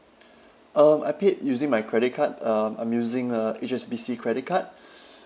um I paid using my credit card um I'm using a H_S_B_C credit card